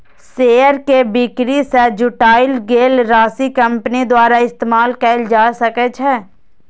share के बिक्री सं जुटायल गेल राशि कंपनी द्वारा इस्तेमाल कैल जा सकै छै